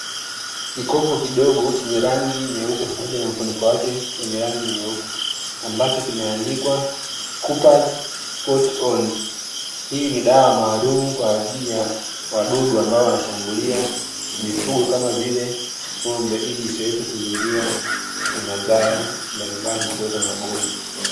Kikopo kifdogo chenye rangi nyeupe pamoja na mfuniko wake wenye rangi nyeupe ambacho kimeandikwa coopers spot on hii ni dwa maalumu kwajili ya wadudu ambao wanashambulia mifugo kama vile ng'ombe ili isiweze kuzuiliwa na madhara mbalimbali na kuleta magonjwa.